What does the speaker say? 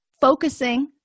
focusing